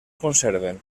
conserven